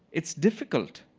it's difficult.